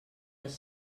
els